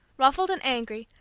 ruffled and angry,